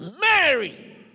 Mary